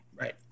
right